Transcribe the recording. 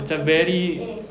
macam very